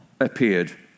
appeared